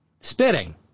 spitting